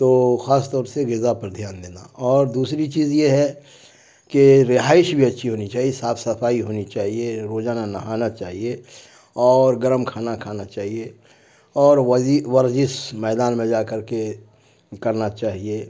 تو خاص طور سے غذا پر دھیان دینا اور دوسری چیز یہ ہے کہ رہائش بھی اچھی ہونی چاہیے صاف صفائی ہونی چاہیے روزانہ نہانا چاہیے اور گرم کھانا کھانا چاہیے اور ورزش میدان میں جا کر کے کرنا چاہیے